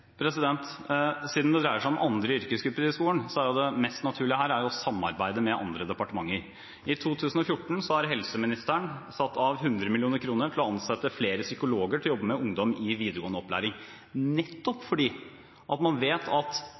Siden det dreier seg om andre yrkesgrupper i skolen, er det mest naturlige her å samarbeide med andre departementer. I 2014 har helseministeren satt av 100 mill. kr til å ansette flere psykologer til å jobbe med ungdom i videregående opplæring, nettopp fordi man vet at